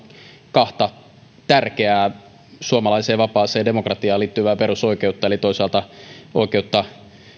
kahta tärkeää suomalaiseen vapaaseen demokratiaan liittyvää perusoikeutta eli toisaalta oikeutta